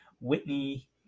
whitney